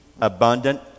abundant